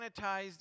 sanitized